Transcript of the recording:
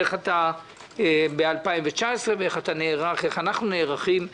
איך אתה ב-2019 ואיך אנחנו נערכים ל-2020.